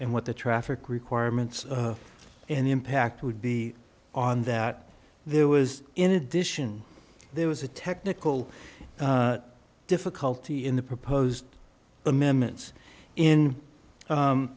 and what the traffic requirements and impact would be on that there was in addition there was a technical difficulty in the proposed amendments in